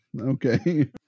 Okay